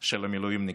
של המילואימניקים,